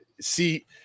see